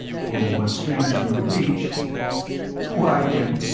pulling what strings you could reach why then,